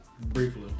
Briefly